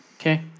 Okay